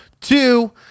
Two